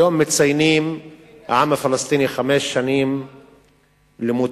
היום מציין העם הפלסטיני חמש שנים למותו,